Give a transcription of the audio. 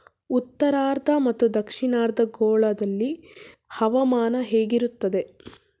ಉತ್ತರಾರ್ಧ ಮತ್ತು ದಕ್ಷಿಣಾರ್ಧ ಗೋಳದಲ್ಲಿ ಹವಾಮಾನ ಹೇಗಿರುತ್ತದೆ?